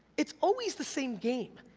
it's always the same game,